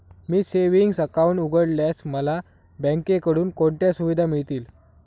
मी savings account उघडल्यास मला बँकेकडून कोणत्या सुविधा मिळतील?